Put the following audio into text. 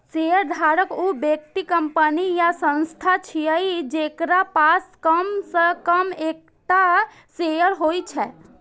शेयरधारक ऊ व्यक्ति, कंपनी या संस्थान छियै, जेकरा पास कम सं कम एकटा शेयर होइ छै